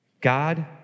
God